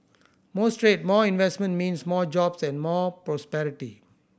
more trade more investment means more jobs and more prosperity